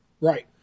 Right